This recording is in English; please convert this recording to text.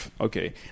okay